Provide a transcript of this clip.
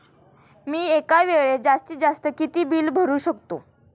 मी एका वेळेस जास्तीत जास्त किती बिल भरू शकतो?